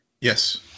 Yes